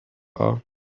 car